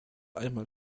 einmal